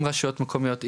עם רשויות מקומיות,